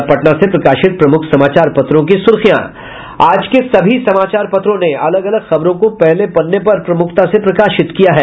अब पटना से प्रकाशित प्रमुख समाचार पत्रों की सुर्खियां आज के सभी समाचार पत्रों ने अलग अलग खबरों को पहले पन्ने पर प्रमुखता से प्रकाशित किया है